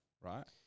Right